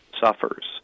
suffers